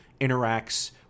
interacts